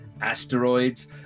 asteroids